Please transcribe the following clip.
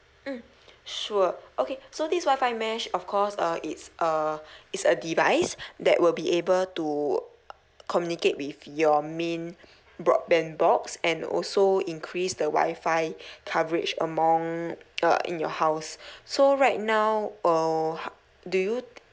mm sure okay so this wifi mesh of course uh it's a it's a device that will be able to communicate with your main broadband box and also increase the wifi coverage among uh in your house so right now err h~ do you